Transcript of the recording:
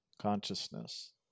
consciousness